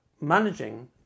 managing